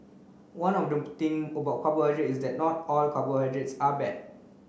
one of thing about carbohydrates is that not all carbohydrates are bad